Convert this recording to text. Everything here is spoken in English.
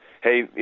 hey